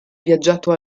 viaggiato